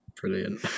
Brilliant